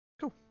Cool